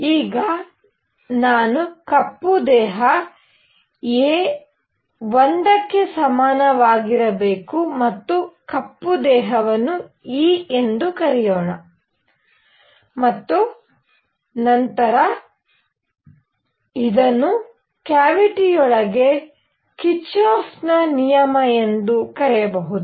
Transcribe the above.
ಈಗ ನಾನು ಕಪ್ಪು ದೇಹ a1 ಕ್ಕೆ ಸಮನಾಗಿರಬೇಕು ಮತ್ತು ಕಪ್ಪು ದೇಹವನ್ನು e ಎಂದು ಕರೆಯೋಣ ಮತ್ತು ನಂತರ ಇದನ್ನು ಕ್ಯಾವಿಟಿಯೊಳಗೆ ಕಿರ್ಚಾಫ್ನ ನಿಯಮ ಎಂದು ಕರೆಯಬಹುದು